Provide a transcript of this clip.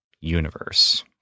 universe